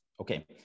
Okay